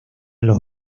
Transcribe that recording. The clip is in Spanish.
los